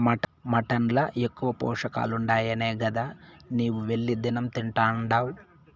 mutton ల ఎక్కువ పోషకాలుండాయనే గదా నీవు వెళ్లి దినం తింటున్డావు